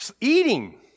eating